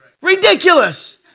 ridiculous